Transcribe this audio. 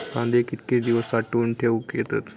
कांदे कितके दिवस साठऊन ठेवक येतत?